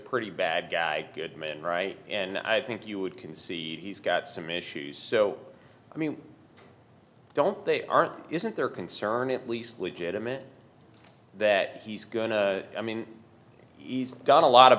pretty bad guy good man right and i think you would concede he's got some issues so i mean don't they aren't isn't their concern at least legitimate that he's going to i mean he's done a lot of